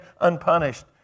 unpunished